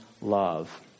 love